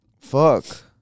fuck